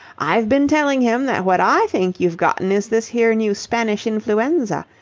i've been telling him that what i think you've gotten is this here new spanish influenza.